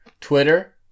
Twitter